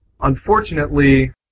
Unfortunately